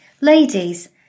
ladies